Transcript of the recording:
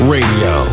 Radio